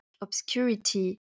obscurity